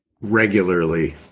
regularly